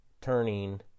turning